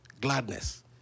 Gladness